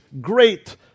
great